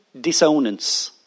dissonance